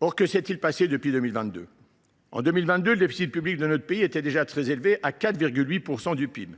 Or que s’est il passé depuis 2022 ? En 2022, le déficit public de notre pays était déjà très élevé, puisqu’il s’élevait à 4,8 % du PIB.